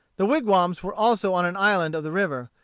the wigwams were also on an island of the river,